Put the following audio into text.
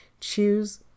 Choose